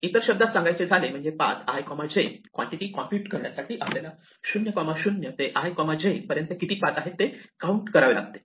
इतर शब्दात सांगायचे झाले म्हणजे path i j quantity compute करण्यासाठी आपल्याला 0 0 ते i j पर्यंत किती पाथ आहेत ते काउंट करावे लागते